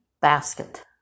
basket